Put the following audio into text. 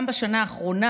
גם בשנה האחרונה,